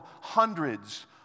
hundreds